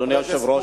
חבר הכנסת מולה,